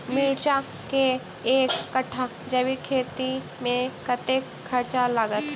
मिर्चा केँ एक कट्ठा जैविक खेती मे कतेक खर्च लागत?